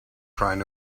trying